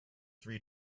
three